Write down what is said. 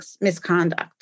Misconduct